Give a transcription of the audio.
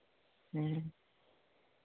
ᱦᱮᱸ